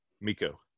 Miko